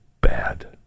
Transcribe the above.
bad